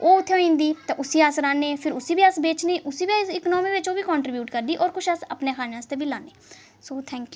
ओह् उत्थें होई जंदी ते उसी बी अस रहाने फिर उसी बी अस बेचने उसी बी इकोनॉमी बिच ओह् बी कंट्रीब्यूट करदी होर कुछ अपने खाने आस्तै बी लान्ने सो थैंक यू